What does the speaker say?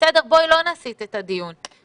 בואי לא נסיט את הדיון.